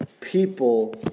people